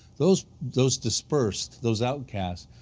those those dispersed those outcasts.